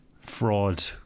fraud